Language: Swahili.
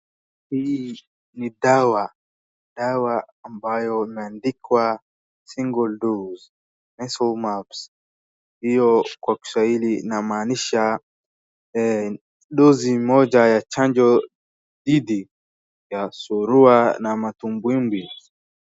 Hii ni dawa, dawa ambayo inaandikwa single dose, measle mumps hiyo kwa kiswahili inamaanisha dosi moja ya chanjo dhidi ya surua na matumbwimbwi.